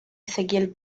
ezequiel